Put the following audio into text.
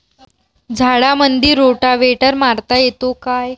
झाडामंदी रोटावेटर मारता येतो काय?